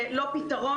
זה לא פתרון.